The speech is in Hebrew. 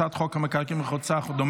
הצעת חוק המקרקעין (תיקון,